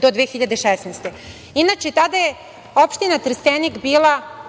do 2016. godine. Inače, tada je opština Trstenik bila